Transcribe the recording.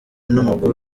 n’umukuru